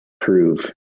prove